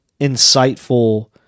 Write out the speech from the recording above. insightful